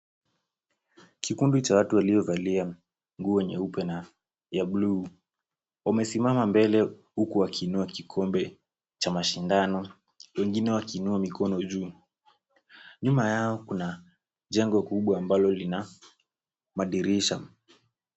Kikundi cha watu waliovalia nguo nyeupe na ya bluu ,wamesimama mbele huku wakiinua kikombe cha mashindano ,wengine wakiinua mikono juu nyuma yao kuna jengo kubwa ambalo lina madirisha.